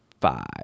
five